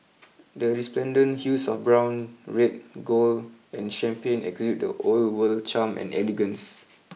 the resplendent hues of brown red gold and champagne exude the old world charm and elegance